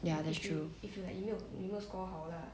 ya that's true